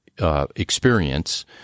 experience